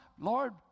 Lord